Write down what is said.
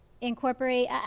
Incorporate